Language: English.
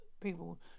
people